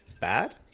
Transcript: bad